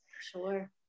Sure